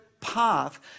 path